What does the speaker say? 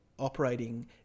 operating